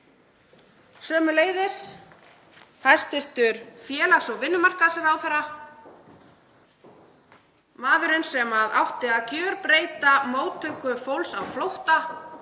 Sömuleiðis hæstv. félags- og vinnumarkaðsráðherra, maðurinn sem átti að gjörbreyta móttöku fólks á flótta.